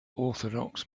orthodox